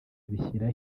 bishyira